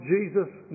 Jesus